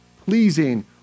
pleasing